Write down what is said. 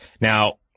Now